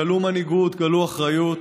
גלו מנהיגות, גלו אחריות.